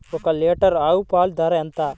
ఒక్క లీటర్ ఆవు పాల ధర ఎంత?